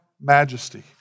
majesty